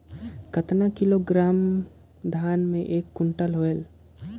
कतना किलोग्राम धान मे एक कुंटल होयल?